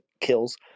Kills